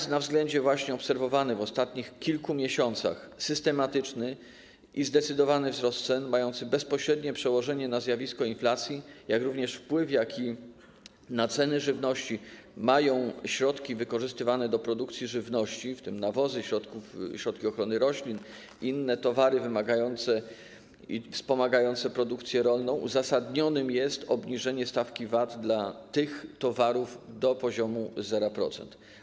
Ze względu na właśnie obserwowany w ostatnich kilku miesiącach systematyczny i zdecydowany wzrost cen mający bezpośrednie przełożenie na zjawisko inflacji, jak również wpływ, jaki na ceny żywności mają ceny środków wykorzystywanych do produkcji żywności, w tym nawozów, środków ochrony roślin i innych towarów wspomagających produkcję rolną, uzasadnione jest obniżenie stawki VAT dla tych towarów do poziomu 0%.